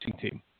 team